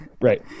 Right